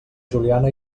juliana